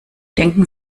denken